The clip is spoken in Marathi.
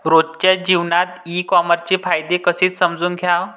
रोजच्या जीवनात ई कामर्सचे फायदे कसे समजून घ्याव?